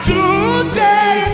Tuesday